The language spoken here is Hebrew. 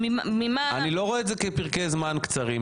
ממה --- אני לא רואה את זה כפרקי זמן קצרים.